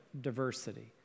diversity